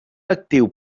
actiu